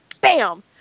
Bam